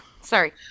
Sorry